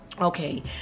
Okay